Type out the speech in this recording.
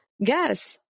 guess